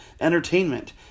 entertainment